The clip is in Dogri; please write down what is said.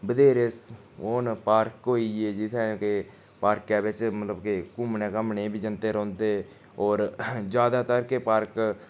बथेरे ओह् न पार्क होई गे जित्थै के पार्के बिच्च मतलब के घूमने घामने बी जंदे रौहन्दे होर ज्यादातर के पार्क